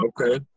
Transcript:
Okay